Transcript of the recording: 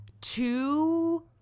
two